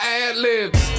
ad-libs